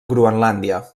groenlàndia